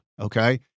okay